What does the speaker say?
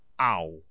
Ow